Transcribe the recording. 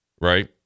right